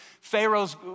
Pharaoh's